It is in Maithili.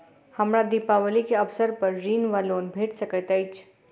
हमरा दिपावली केँ अवसर पर ऋण वा लोन भेट सकैत अछि?